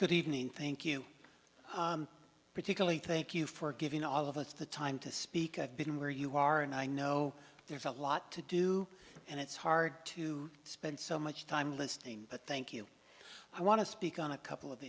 good evening thank you particularly thank you for giving all of us the time to speak i've been where you are and i know there's a lot to do and it's hard to spend so much time listening to thank you i want to speak on a couple of